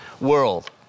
world